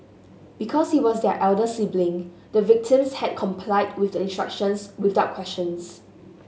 because he was their elder sibling the victims had complied with the instructions without questions